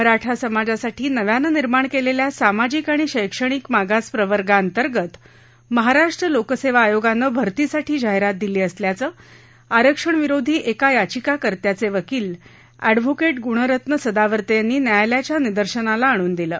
मराठा समाजासाठी नव्यानं निर्माण केलेल्या सामाजिक आणि शैक्षणिक मागास प्रवर्गाअंतर्गत महाराष्ट्र लोकसेवा आयोगानं भर्तीसाठी जाहीरात दिली असल्याचं आरक्षणविरोधी एका याचिकाकर्त्याचे वकील अद्व गुणरत्न सदावर्ते यांनी न्यायालयाच्या निदर्शनाला आणून दिलं